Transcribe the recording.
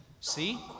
see